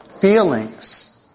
feelings